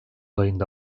ayında